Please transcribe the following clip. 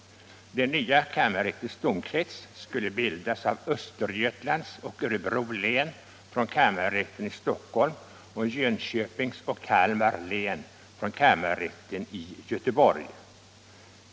Den nya kammarrättens domkrets skulle bildas av Östergötlands och Örebro län från kammarrätten i Stockholm och Jönköpings och Kalmar län från kammarrätten i Göteborg.